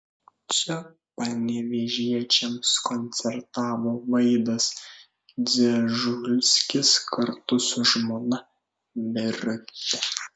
čia panevėžiečiams koncertavo vaidas dzežulskis kartu su žmona birute